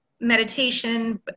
meditation